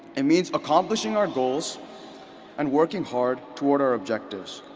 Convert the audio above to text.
it means accomplishing our goals and working hard toward our objectives.